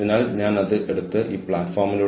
അവർക്ക് hand embroidery ചെയ്ത കുർത്തകൾ ഉണ്ട്